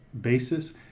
basis